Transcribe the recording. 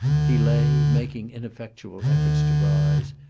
he lay, making ineffectual efforts to rise,